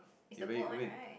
even even even in